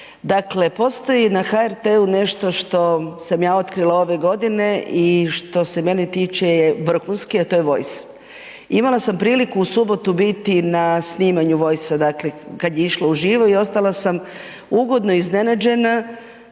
Dakle, postoji na HRT-u nešto što sam ja otkrila ove godine i što se mene tiče je vrhunski a to je Voice. Imala sam priliku u subotu biti na snimanju Voica dakle kada je išlo u živo i ostala sam ugodno iznenađena